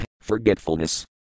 forgetfulness